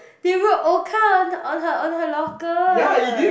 they wrote orca on her on her locker